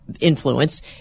influence